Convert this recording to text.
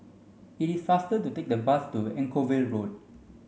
it is faster to take the bus to Anchorvale Road